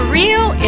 real